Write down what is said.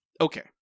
Okay